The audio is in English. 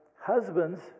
Husbands